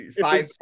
five